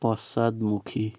পশ্চাদমুখী